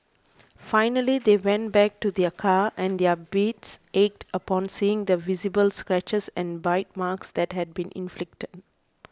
finally they went back to their car and their hearts ached upon seeing the visible scratches and bite marks that had been inflicted